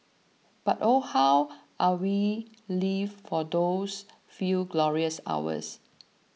but oh how are we lived for those few glorious hours